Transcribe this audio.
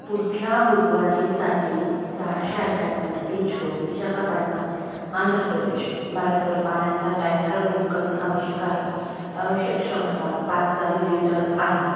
पुढच्या बुधवारीसाठी सहाशे अठ्याहत्तर बीच रोड विशाखापट्टणम आंध्र प्रदेश भारतवर पाण्याचा टँकर बुक करणे आवश्यक आहे आवश्यक क्षमता पाच हजार लिटर आहे